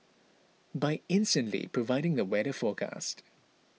by instantly providing the weather forecast